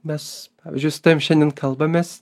mes pavyzdžiui su tavim šiandien kalbamės